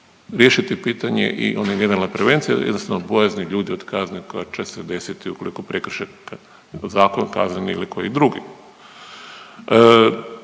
riješiti pitanje i one generalne prevencije. Jednostavno bojazni ljudi od kazni koja će se desiti ukoliko prekrše zakon kazneni ili bilo koji drugi.